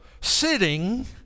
sitting